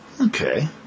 Okay